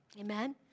Amen